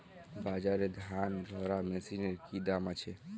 বাজারে ধান ঝারা মেশিনের কি দাম আছে?